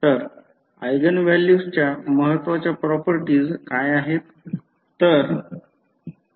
तर eigen value च्या महत्वाच्या प्रॉपर्टीज काय आहेत